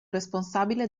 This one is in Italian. responsabile